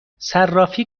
صرافی